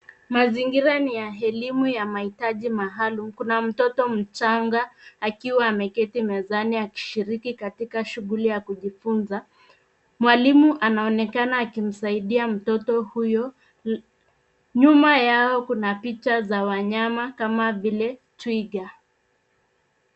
Mazingira ni ya elimu ya maitaji maalum. Kuna mtoto mchanga akiwa ameketi mezani akishiriki katika shughuli ya kujifunza. Mwalimu anaonekana akimsaidia mtoto huyo. Nyuma yao kuna picha za wanyama kama vile twiga.